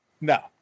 No